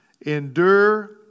endure